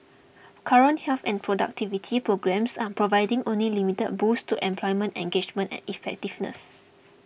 current health and productivity programmes are providing only limited boosts to employment engagement and effectiveness